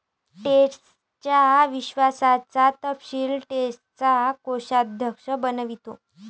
ट्रस्टच्या विश्वासाचा तपशील ट्रस्टचा कोषाध्यक्ष बनवितो